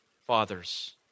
Fathers